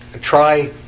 try